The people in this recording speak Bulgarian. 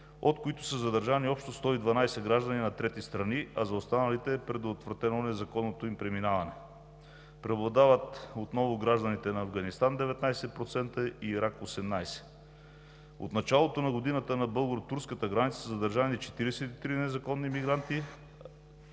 от които са задържани общо 112 граждани на трети страни, а за останалите е предотвратено незаконното им преминаваме. Преобладават отново гражданите на Афганистан – 19%, и Ирак – 18%. От началото на годината на българо-турската граница са задържани 43 незаконни мигранти.